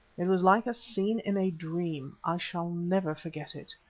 it was like a scene in a dream i shall never forget it.